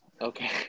Okay